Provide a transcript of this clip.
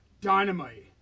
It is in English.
dynamite